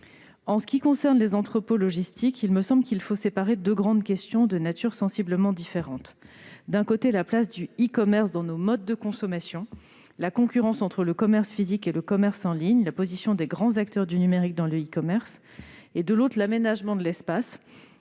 En ce qui concerne les entrepôts logistiques, il me semble qu'il faut séparer deux grandes questions de nature sensiblement différente : d'un côté, la place du e-commerce dans nos modes de consommation, la concurrence entre le commerce physique et le commerce en ligne, et la place des grands acteurs du numérique dans le e-commerce ; de l'autre, l'aménagement de l'espace